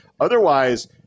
Otherwise